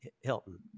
Hilton